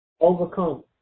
overcome